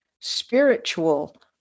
spiritual